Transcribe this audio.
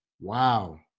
Wow